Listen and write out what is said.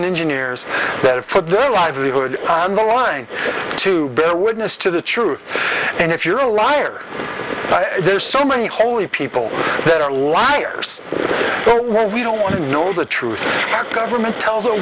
engineers that have put their livelihood on the lying to bear witness to the truth and if you're a liar there's so many holy people that are liars so we don't want to know the truth that government tells